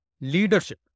leadership